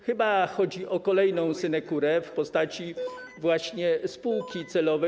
Chyba chodzi o kolejną synekurę w postaci właśnie spółki celowej.